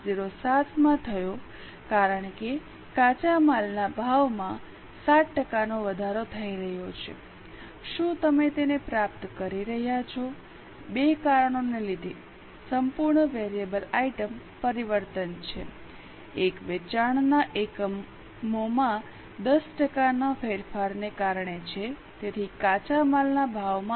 07 માં થયો કારણ કે કાચા માલના ભાવમાં 7 ટકાનો વધારો થઈ રહ્યો છે શું તમે તેને પ્રાપ્ત કરી રહ્યાં છો બે કારણોને લીધે સંપૂર્ણ વેરિયેબલ આઇટમ પરિવર્તન છે એક વેચાણના એકમોમાં 10 ટકાના ફેરફારને કારણે છે તેથી કાચા માલના ભાવમાં 1